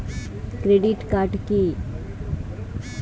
Credit card কি?